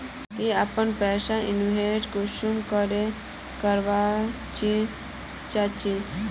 ती अपना पैसा इन्वेस्टमेंट कुंसम करे करवा चाँ चची?